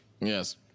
Yes